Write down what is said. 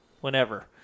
whenever